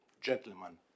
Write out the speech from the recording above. gentlemen